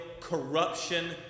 corruption